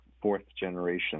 fourth-generation